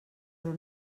però